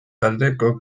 taldeko